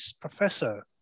professor